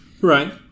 Right